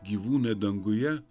gyvūnai danguje